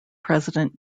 president